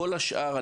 כל השאר,